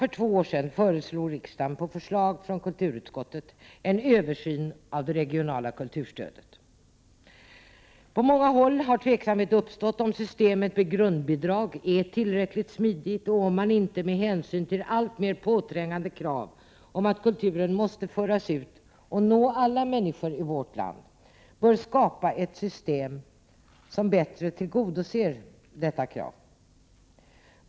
För två år sedan föreslog riksdagen på förslag från kulturutskottet en översyn av det regionala kulturstödet. På många håll har tveksamhet uppstått om systemet med grundbidrag är tillräckligt smidigt och om man inte, med hänsyn till alltmer påträngande krav om att kulturen måste föras ut och nå alla människor i vårt land, bör skapa ett system som bättre tillgodoser detta krav.